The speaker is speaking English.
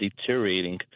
deteriorating